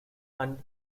and